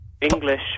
English